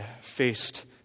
faced